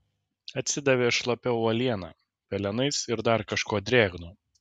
atsidavė šlapia uoliena pelenais ir dar kažkuo drėgnu